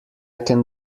can